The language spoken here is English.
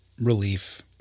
relief